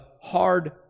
hard